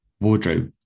wardrobe